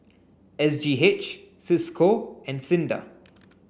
S G H Cisco and SINDA